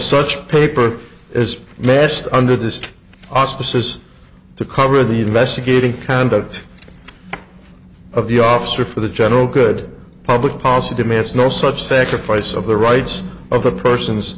such paper as messed under this auspices to cover the investigating conduct of the officer for the general good public policy demands no such sacrifice of the rights of the persons